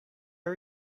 are